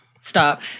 Stop